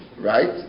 Right